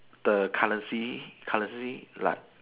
the currency currency like